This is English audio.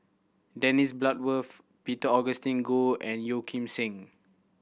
Dennis Bloodworth Peter Augustine Goh and Yeo Kim Seng